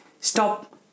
stop